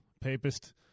papist